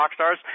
Rockstars